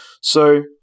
So-